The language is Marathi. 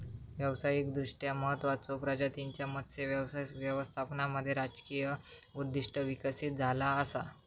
व्यावसायिकदृष्ट्या महत्त्वाचचो प्रजातींच्यो मत्स्य व्यवसाय व्यवस्थापनामध्ये राजकीय उद्दिष्टे विकसित झाला असा